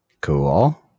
Cool